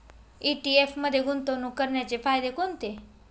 ETF मध्ये गुंतवणूक करण्याचे फायदे कोणते?